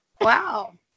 wow